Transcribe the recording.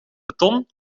beton